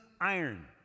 iron